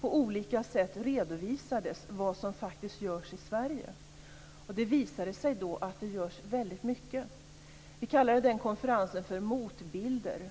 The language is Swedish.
på olika sätt redovisade vad som faktiskt görs i Sverige. Då visade det sig att det görs väldigt mycket. Vi kallade den konferensen för Motbilder.